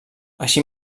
així